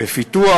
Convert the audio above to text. בפיתוח.